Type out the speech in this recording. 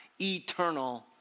eternal